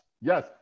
yes